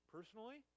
Personally